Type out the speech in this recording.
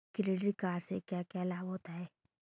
Credit card से क्या क्या लाभ होता है?